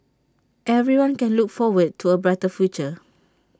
everyone can look forward to A brighter future